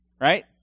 Right